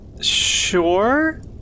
Sure